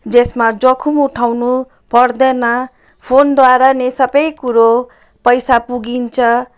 जसमा जोखिम उठाउनु पर्दैन फोनद्वारा नै सबै कुरो पैसा पुगिन्छ